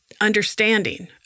understanding